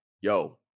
yo